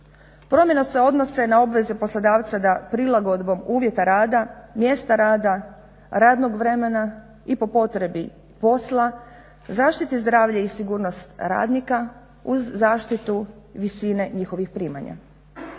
Promjene se odnose na obveze poslodavca da prilagodbom uvjeta rada, mjesta rada, radnog vremena i po potrebi posla zaštite zdravlje i sigurnost radnika uz zaštitu visine njihovih primanja.